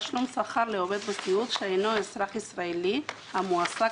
לכנסת (תשלום שכר לעובד בסיעוד שאינו אזרח ישראלי המועסק